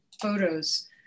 photos